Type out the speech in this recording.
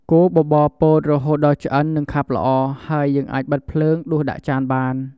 កូរបបរពោតរហូតដល់ឆ្អិន និងខាប់ល្អ ហើយយើងអាចបិទភ្លើង ដួសដាក់ចានបាន។